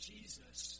Jesus